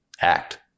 act